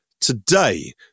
today